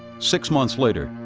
six months later,